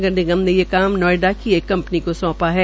नगर निगम के ये काम नोएडा की एक कपंनी को सौंपा है